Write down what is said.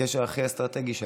זה הקשר הכי האסטרטגי שלנו.